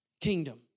Kingdom